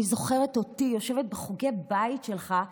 אני זוכרת אותי יושבת בחוגי בית שלך,